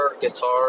guitar